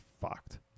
fucked